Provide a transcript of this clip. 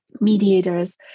mediators